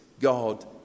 God